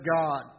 God